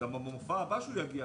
בפעם הבאה כשהוא יגיע,